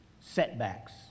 setbacks